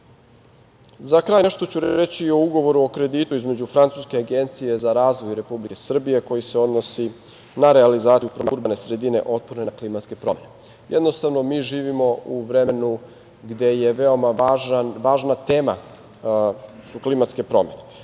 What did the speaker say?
kraju, nešto ću reći o ugovoru o kreditu između francuske Agencije za razvoj Republike Srbije koji se odnosi na realizaciju programa urbane sredine otporne na klimatske promene. Jednostavno, mi živimo u vremenu gde je veoma važna tema klimatske promene.